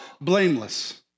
blameless